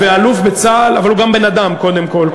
ואלוף בצה"ל, אבל הוא גם בן-אדם, קודם כול.